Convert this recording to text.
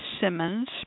Simmons